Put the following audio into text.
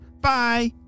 Bye